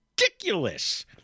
ridiculous